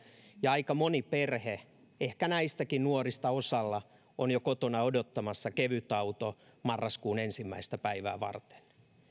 ja aika moni perhe ehkä näistäkin nuorista osalla on jo kotona odottamassa kevytauto marraskuun ensimmäistä päivää varten